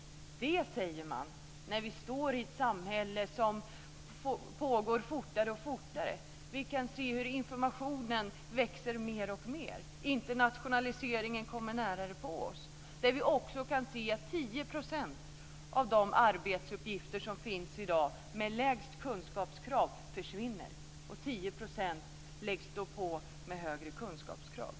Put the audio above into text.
Detta säger man och det gör man när vi befinner oss i ett samhälle där det går allt fortare. Vi kan ju se hur informationen växer mer och mer och att internationaliseringen kommer närmare inpå oss. Vi kan också se att 10 % av de arbetsuppgifter som finns i dag och som har de lägsta kunskapskraven försvinner. 10 % läggs då på vad gäller högre kunskapskrav.